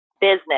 business